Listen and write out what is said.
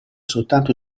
soltanto